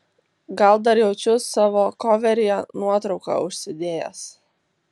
gal dar jaučiu savo koveryje nuotrauką užsidėjęs